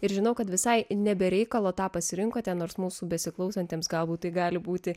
ir žinau kad visai ne be reikalo tą pasirinkote nors mūsų besiklausantiems galbūt gali būti